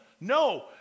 No